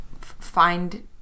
find